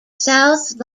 south